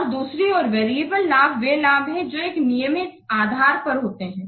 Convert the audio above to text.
और दूसरी ओर वेरिएबल लाभ वे लाभ है जो एक नियमित आधार पर होते है